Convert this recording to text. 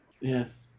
yes